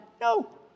no